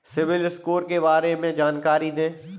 CIBIL score के बारे में जानकारी दें?